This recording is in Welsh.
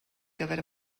gyfer